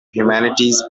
humanities